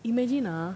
imagine ah